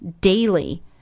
daily